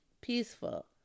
peaceful